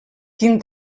quin